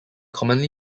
commonly